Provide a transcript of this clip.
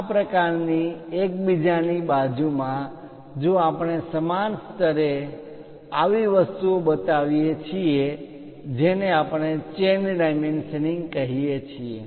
આ પ્રકારની એકબીજાની બાજુમાં જો આપણે સમાન સ્તરે આવી વસ્તુઓ બતાવીએ છીએ જેને આપણે ચેન ડાયમેન્શનિંગ કહીએ છીએ